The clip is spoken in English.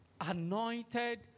anointed